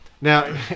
Now